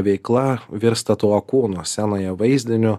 veikla virsta tuo kūno scenoje vaizdiniu